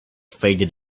faded